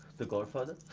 the godfather?